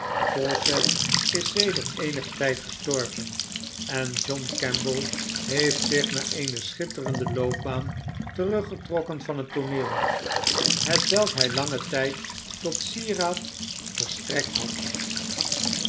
fawcett is sedert eenigen tijd gestorven en john kemble heeft zich na eene schitterende loopbaan teruggetrokken van het tooneel hetwelk hij langen tijd tot sieraad verstrekt had